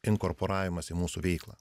inkorporavimas į mūsų veiklą